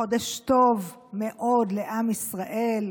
חודש טוב מאוד לעם ישראל.